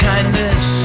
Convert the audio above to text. Kindness